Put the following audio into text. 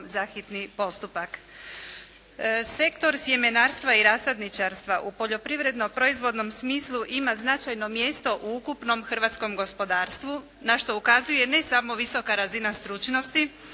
za hitni postupak. Sektor sjemenarstva i rasadničarstva u poljoprivredno proizvodnom smislu ima značajno mjesto u ukupnom hrvatskom gospodarstvu na što ukazuje ne samo visoka razina stručnosti